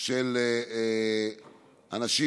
של אנשים